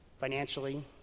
financially